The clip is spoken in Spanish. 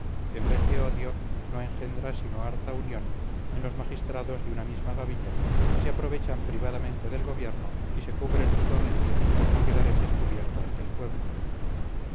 en vez de odio no engendra sino harta unión en los magistrados de una misma gavilla que se aprovechan privadamente del gobierno y se cubren mutuamente por no quedar en descubierto ante el pueblo